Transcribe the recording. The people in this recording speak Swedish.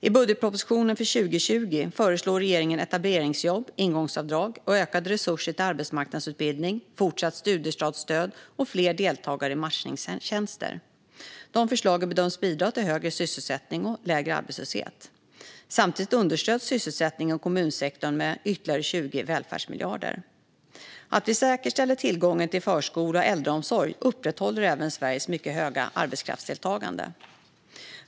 I budgetpropositionen för 2020 föreslår regeringen etableringsjobb, ingångsavdrag, ökade resurser till arbetsmarknadsutbildning, fortsatt studiestartsstöd och fler deltagare i matchningstjänster. Dessa förslag bedöms bidra till högre sysselsättning och lägre arbetslöshet. Samtidigt understöds sysselsättningen i kommunsektorn med ytterligare 20 välfärdsmiljarder. Att vi säkerställer tillgången till förskola och äldreomsorg upprätthåller även Sveriges mycket höga arbetskraftsdeltagande.